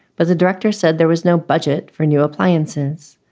but the director said there was no budget for new appliances.